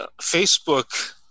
Facebook